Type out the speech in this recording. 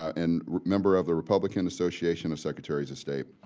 and member of the republican association of secretaries of state.